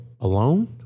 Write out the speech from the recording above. Alone